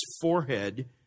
forehead